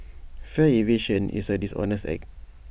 fare evasion is A dishonest act